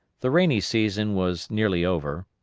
the rainy season was nearly over,